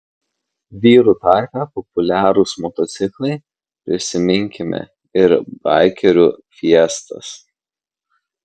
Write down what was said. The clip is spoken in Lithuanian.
vyrų tarpe populiarūs motociklai prisiminkime ir baikerių fiestas